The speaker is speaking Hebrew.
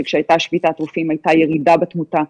כשהייתה שביתת רופאים, הייתה ירידה בתמותה.